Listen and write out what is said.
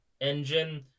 engine